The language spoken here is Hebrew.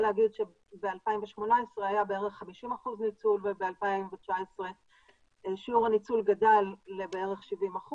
להגיד שב-2018 היה בערך 50% ניצול וב-2019 שיעור הניצול גדל לכ-70%,